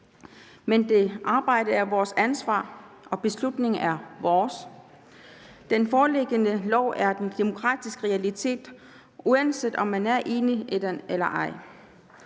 Men det arbejde er vores ansvar, og beslutningen er vores. Den foreliggende lov er en demokratisk realitet, uanset om man er enig i den eller ej.